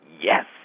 Yes